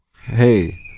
hey